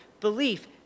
belief